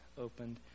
opened